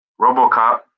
Robocop